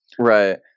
Right